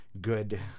good